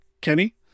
Kenny